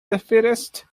defeatist